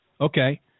Okay